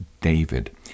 David